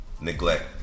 neglect